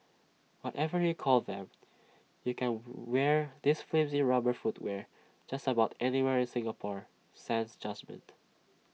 whatever you call them you can wear this flimsy rubber footwear just about anywhere in Singapore sans judgement